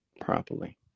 properly